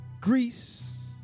Greece